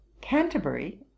canterbury